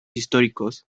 históricos